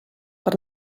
per